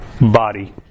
body